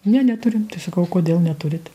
ne neturim tai sakau kodėl neturit